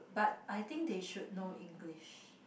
but I think they should know English